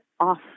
off